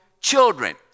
children